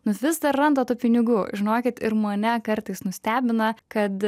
nu vis dar randa tų pinigų žinokit ir mane kartais nustebina kad